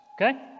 Okay